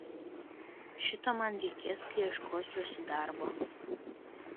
šito man reikės kai ieškosiuosi darbo